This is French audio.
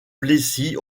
plessis